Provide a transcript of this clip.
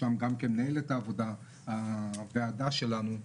בראשן גם מנהלת הוועדה שלנו,